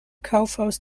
kaufhaus